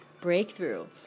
breakthrough